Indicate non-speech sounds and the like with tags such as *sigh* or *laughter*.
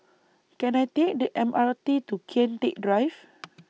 Can I Take The M R T to Kian Teck Drive *noise*